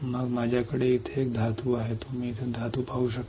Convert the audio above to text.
मग माझ्याकडे इथे एक धातू आहे तुम्ही इथे धातू पाहू शकता